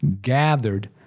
gathered